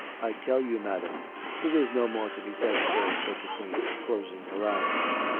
i tell you, madam there is no more to be said, sir, said the queen, closing her eyes again.